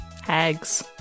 hags